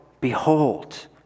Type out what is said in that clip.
Behold